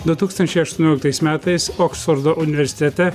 du tūkstančiai aštuonioliktais metais oksfordo universitete